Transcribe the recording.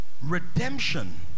Redemption